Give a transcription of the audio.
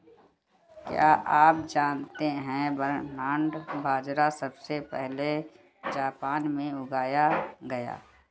क्या आप जानते है बरनार्ड बाजरा सबसे पहले जापान में उगाया गया